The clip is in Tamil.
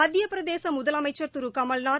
மத்தியப் பிரதேச முதலமைச்சர் திரு கமல்நாத்